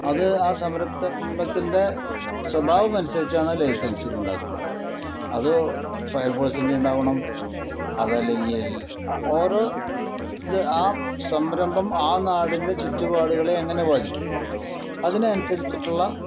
അത് ആ സംരംഭത്തിൻ്റെ സ്വഭാവം അനുസരിച്ചാണ് ലൈസൻസുകൾ ഉണ്ടാക്കേണ്ടത് അത് ഫയർഫോഴ്സിനെ ഉണ്ടാവണം അതല്ലെങ്കിൽ ആ ഓരോ ത് ആ സംരംഭം ആ നാടിൻ്റെ ചുറ്റുപാടുകളെ എങ്ങനെ ബാധിക്കും അതിനനുസരിച്ചുള്ള